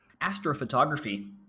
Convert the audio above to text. astrophotography